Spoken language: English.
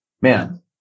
Man